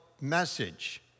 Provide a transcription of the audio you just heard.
message